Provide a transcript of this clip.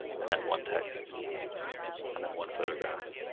and then one text and then one photograph,